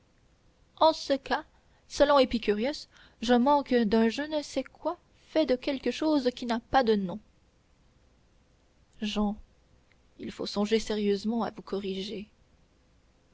en ce cas selon epicurius je manque d'un je ne sais quoi fait de quelque chose qui n'a pas de nom jehan il faut songer sérieusement à vous corriger